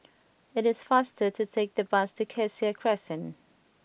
it is faster to take the bus to Cassia Crescent